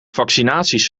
vaccinaties